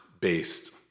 based